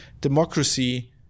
democracy